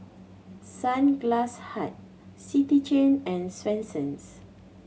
Sunglass Hut City Chain and Swensens